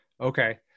okay